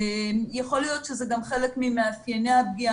יכול להיות שזה גם חלק ממאפייני הפגיעה